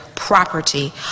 property